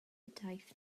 daith